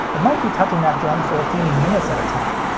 it might be touching that drum for a few minutes at a time,